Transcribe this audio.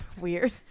weird